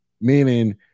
Meaning